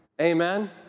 Amen